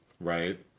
Right